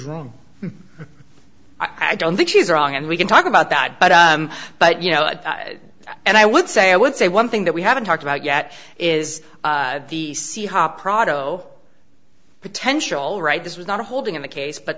room i don't think she's wrong and we can talk about that but but you know and i would say i would say one thing that we haven't talked about yet is the c hoppe prado potential right this was not a holding in the case but